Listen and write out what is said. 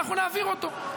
ואנחנו נעביר אותו,